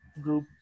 group